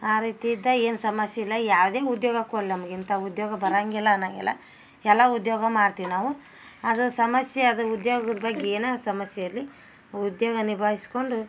ಆ ರೀತಿ ಇದ್ದ ಏನು ಸಮಸ್ಯೆ ಇಲ್ಲ ಯಾವುದೇ ಉದ್ಯೋಗ ಕೊಡಲಿ ನಮಗೆ ಇಂಥ ಉದ್ಯೋಗ ಬರಂಗಿಲ್ಲ ಅನ್ನೊಂಗಿಲ್ಲ ಎಲ್ಲ ಉದ್ಯೋಗ ಮಾಡ್ತೀವಿ ನಾವು ಅದು ಸಮಸ್ಯೆ ಅದು ಉದ್ಯೋಗದ ಬಗ್ಗೆ ಏನ ಸಮಸ್ಯೆ ಇರಲಿ ಉದ್ಯೋಗ ನಿಭಾಯಿಸ್ಕೊಂಡು